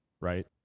right